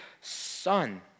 son